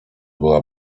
była